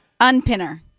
unpinner